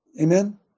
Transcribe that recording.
Amen